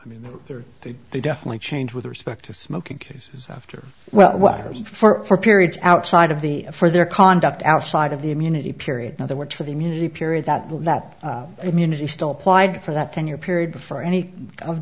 there they they definitely change with respect to smoking cases after well for periods outside of the for their conduct outside of the immunity period in other words for the immunity period that will that immunity still applied for that ten year period before any of